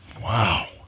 Wow